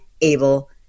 able